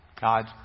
God